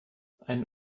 ein